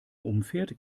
umfährt